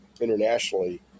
internationally